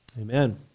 Amen